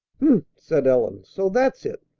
said ellen. so that's it!